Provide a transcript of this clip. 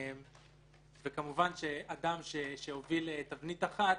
כמובן אדם שהוביל תבנית אחת,